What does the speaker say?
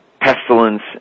pestilence